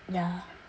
ya